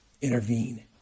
Intervene